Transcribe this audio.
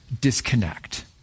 disconnect